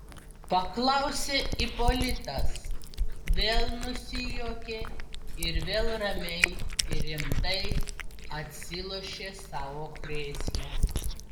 paklausė ipolitas vėl nusijuokė ir vėl ramiai ir rimtai atsilošė savo krėsle